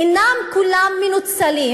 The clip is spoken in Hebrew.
אינם מנוצלים